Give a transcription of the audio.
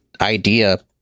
IDEA